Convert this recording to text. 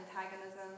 antagonism